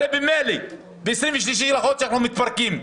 הרי ממילא ב-23 בחודש אנחנו מתפרקים.